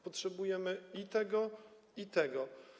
Potrzebujemy i tego, i tego.